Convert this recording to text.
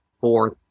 fourth